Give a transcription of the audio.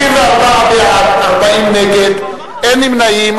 64 בעד, 40 נגד, אין נמנעים.